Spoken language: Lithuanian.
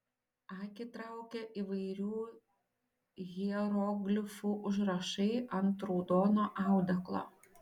akį traukia įvairių hieroglifų užrašai ant raudono audeklo